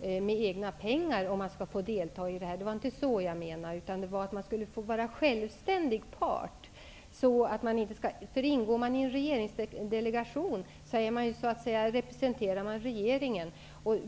med egna pengar betala sitt deltagande. Det var inte så jag menade. Jag menade att man skall få vara självständig part. Ingår man i en regeringsdelegation representerar man så att säga regeringen.